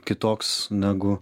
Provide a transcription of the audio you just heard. kitoks negu